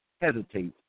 hesitate